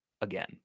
again